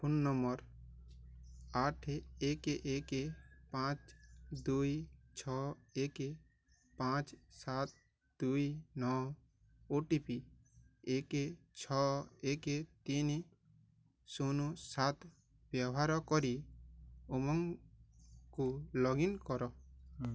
phone number ଆଠ ଏକ ଏକ ପାଞ୍ଚ ଦୁଇ ଛଅ ଏକ ପାଞ୍ଚ ସାତ ଦୁଇ ନଅ ଏବଂ ଓ ଟି ପି ଏକ ଛଅ ଏକ ତିନି ଶୂନ ସାତ ବ୍ୟବହାର କରି ଉମଙ୍ଗକୁ ଲଗ୍ ଇନ୍ କର